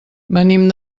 venim